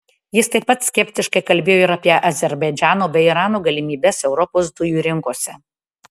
jis taip pat skeptiškai kalbėjo ir apie azerbaidžano bei irano galimybes europos dujų rinkose